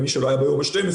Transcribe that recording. גם מי שהיה ביום ה-12,